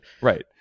right